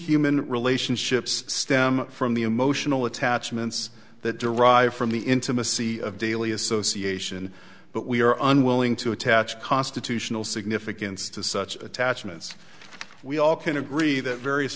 human relationships stem from the emotional attachments that derive from the intimacy of daily association but we are unwilling to attach constitutional significance to such attachments we all can agree that various